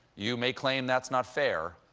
you may claim that's not fair,